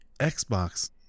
Xbox